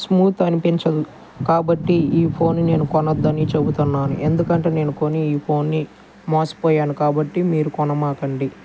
smooth అనిపించదు కాబట్టి ఈ ఫోను నేను కొనవద్దు అని చెబుతున్నాను ఎందుకంటే నేను కొని ఈ ఫోన్ని మోసపోయాను కాబట్టి మీరు కొనమాకండి